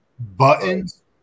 Buttons